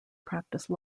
practice